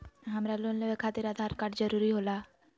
हमरा लोन लेवे खातिर आधार कार्ड जरूरी होला?